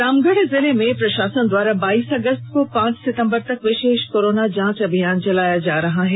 रामगढ़ जिले में प्रशासन द्वारा बाइस अगस्त से पांच सितंबर तक विशेष कोरोना जांच अभियान चलाया जा रहा है